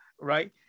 right